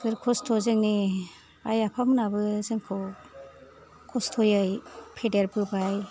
जोबोर खस्थ' जोंनि आइ आफामोनहाबो जोंखौ खस्थ'यै फेदेरबोबाय